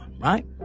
right